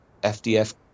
FDF